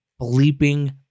bleeping